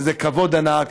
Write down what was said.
וזה כבוד ענק.